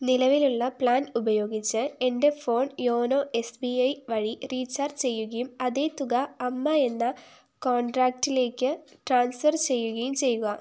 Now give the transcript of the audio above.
നിലവിലുള്ള പ്ലാൻ ഉപയോഗിച്ച് എൻ്റെ phone YONO S B I വഴി റീചാർജ് ചെയ്യുകയും അതേ തുക അമ്മ എന്ന കോൺഡ്രാക്റ്റിലേക്ക് ട്രാൻസ്ഫർ ചെയ്യുകയും ചെയ്യുക